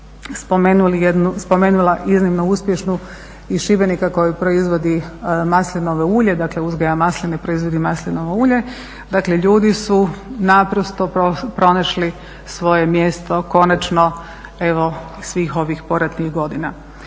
spomenula iznimno uspješnu iz Šibenika koja proizvodi maslinovo ulje, dakle uzgaja masline, proizvodi maslinovo ulje, dakle ljudi su naprosto pronašli svoje mjesto, konačno svih ovih poratnih godina.